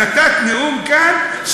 נתת נאום כאן,